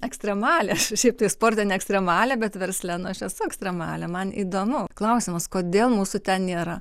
ekstremalė aš šiaip tai sporte ne ekstremalė bet versle na aš esu ekstremalė man įdomu klausimas kodėl mūsų ten nėra